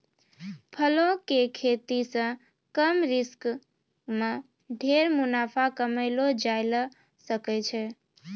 फलों के खेती सॅ कम रिस्क मॅ ढेर मुनाफा कमैलो जाय ल सकै छै